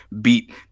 beat